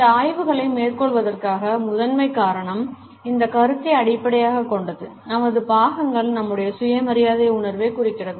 இந்த ஆய்வுகளை மேற்கொள்வதற்கான முதன்மைக் காரணம் இந்த கருத்தை அடிப்படையாகக் கொண்டது நமது பாகங்கள் நம்முடைய சுய மரியாதை உணர்வைக் குறிக்கின்றன